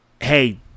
hey